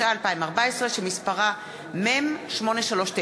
התשע"ה 2014, שמספרה מ/839.